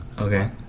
Okay